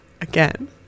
again